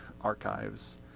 Archives